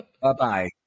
Bye-bye